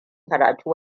karatu